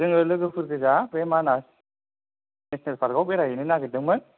जोङो लोगोफोरगोजा बे मानास नेचनेल पार्कयाव बेरायहैनो नागिरदोंमोन